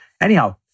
Anyhow